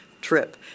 trip